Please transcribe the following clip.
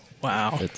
Wow